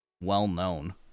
well-known